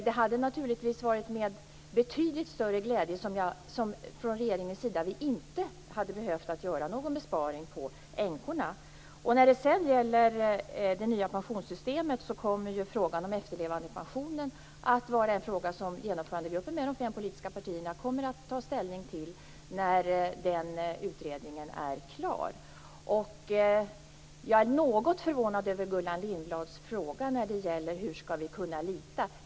Vi hade naturligtvis med betydligt större glädje från regeringens sida sett att vi inte hade behövt göra någon besparing på änkorna. När det gäller det nya pensionssystemet vill jag peka på att de fem politiska partierna i Genomförandegruppen kommer att ta ställning till frågan om efterlevandepensionen när dess utredningsarbete är klart. Jag är något förvånad över Gullan Lindblads fråga hur vi skall kunna lita.